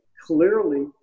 clearly